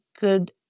good